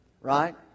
right